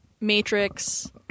Matrix